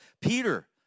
Peter